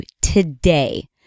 today